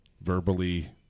verbally